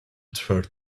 third